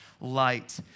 light